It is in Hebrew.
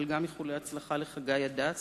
אבל גם איחולי הצלחה לחגי הדס,